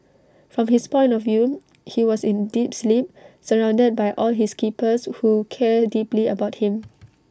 from his point of view he was in deep sleep surrounded by all his keepers who care deeply about him